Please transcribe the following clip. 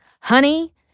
honey